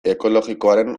ekologikoaren